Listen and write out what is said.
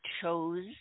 Chose